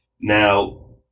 Now